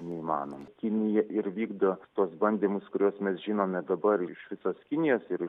neįmanoma kinija ir vykdo tuos bandymus kuriuos mes žinome dabar iš visos kinijos ir